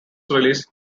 release